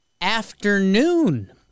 Afternoon